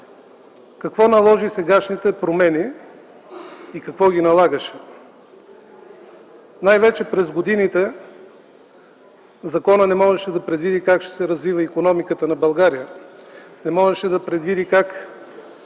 Какво налагаше сегашните промени? Най-вече това, че през годините законът не можеше да предвиди как ще се развива икономиката на България. Не можеше да предвиди как